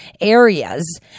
areas